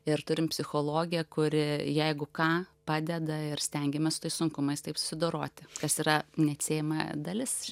ir turim psichologę kuri jeigu ką padeda ir stengiamės tais sunkumais taip sudoroti kas yra neatsiejama dalis